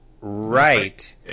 right